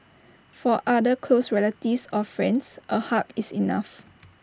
for other close relatives or friends A hug is enough